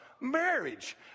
marriage